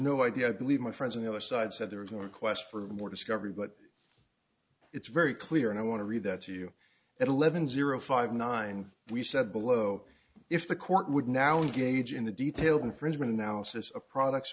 no idea i believe my friends on the other side said there is more quest for more discovery but it's very clear and i want to read that to you at eleven zero five nine we said below if the court would now engage in the detailed infringement analysis of products